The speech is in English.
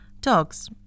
Dogs